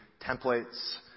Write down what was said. templates